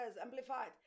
amplified